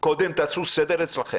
קודם תעשו סדר אצלכם.